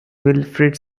wilfrid